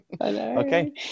Okay